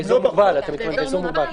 אתה מתכוון באזור מוגבל.